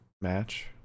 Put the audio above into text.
match